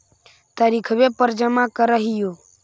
तरिखवे पर जमा करहिओ?